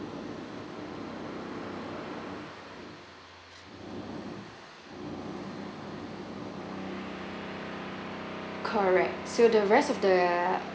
correct so the rest of the